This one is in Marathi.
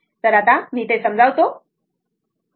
तर आता मी ते समजावतो